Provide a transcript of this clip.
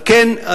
על כן,